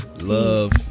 Love